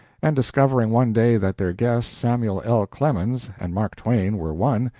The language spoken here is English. and, discovering one day that their guest, samuel l. clemens, and mark twain were one,